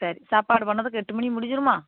சரி சாப்பாடு பண்ணிணதுக்கு எட்டு மணி முடிஞ்சுருமா